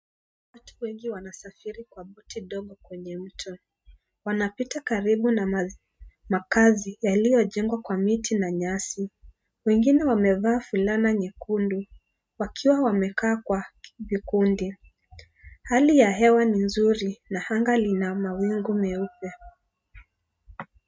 Watu wengi wanasafiri kwa boti ndogo kwenye mto. Wanapita karibu na makazi yaliyojengwa kwa miti na nyasi. Wengine wamevaa fulana nyekundu wakiwa wamekaa kwa vikundi. Hali ya hewa ni nzuri na anga lina mawingu meupe.